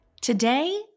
Today